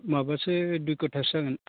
माबासो दुइ खाथासो जागोन